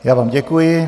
Já vám děkuji.